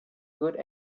good